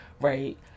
right